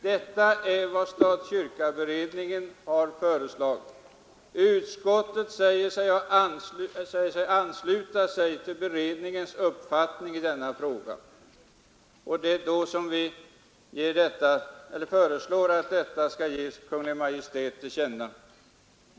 Detta är vad stat—kyrka-beredningen föreslagit. Utskottet ansluter sig till beredningens uppfattning i denna fråga, och vi föreslår att detta skall ges Kungl. Maj:t till känna.